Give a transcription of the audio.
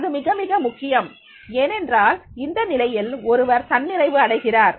அது மிக மிக முக்கியம் ஏனென்றால் இந்த நிலையில் ஒருவர் தன்னிறைவு அடைகிறார்